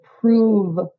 prove